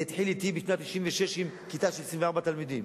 זה התחיל אתי בשנת 1996 עם כיתה של 24 תלמידים.